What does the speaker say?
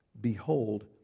behold